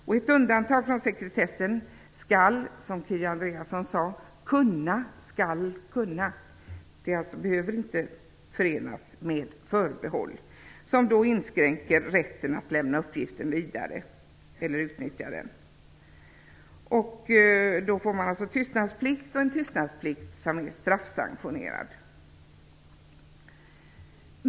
Som Kia Andreasson sade skall ett undantag från sekretessen kunna - det behöver alltså inte förenas med förbehåll som inskränker rätten att lämna uppgiften vidare eller utnyttja den. Då får man alltså en tystnadsplikt som är straffsanktionerad.